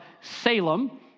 Salem